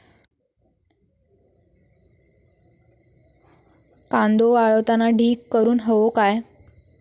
कांदो वाळवताना ढीग करून हवो काय?